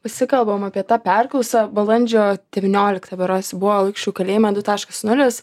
pasikalbam apie tą perklausą balandžio devynioliktą berods buvo lukiškių kalėjime du taškas nulis